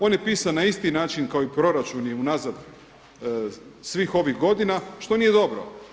On je pisan na isti način kao i proračuni unazad svih ovih godina što nije dobro.